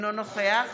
אינו נוכח